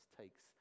takes